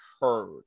heard